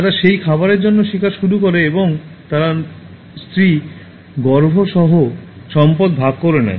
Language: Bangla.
তারা সেই খাবারের জন্য শিকার শুরু করে এবং তারা স্ত্রী গর্ভ সহ সম্পদ ভাগ করে নেয়